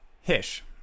Hish